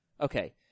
Okay